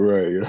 Right